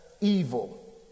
evil